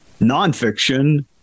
nonfiction